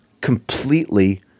completely